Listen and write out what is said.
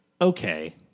Okay